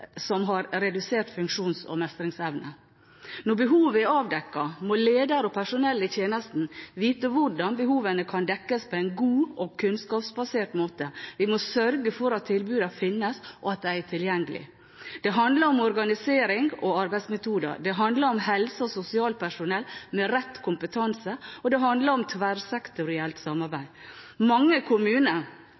redusert funksjons- og mestringsevne. Når behovet er avdekket, må ledere og personell i tjenesten vite hvordan behovene kan dekkes på en god og kunnskapsbasert måte. Vi må sørge for at tilbudene fins, og at de er tilgjengelige. Det handler om organisering og arbeidsmetoder. Det handler om helse- og sosialpersonell med rett kompetanse, og det handler om tverrsektorielt samarbeid. Mange kommuner